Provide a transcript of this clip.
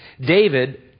David